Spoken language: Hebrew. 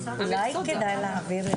אדוני היושב ראש, לאור ההחלטה להעביר את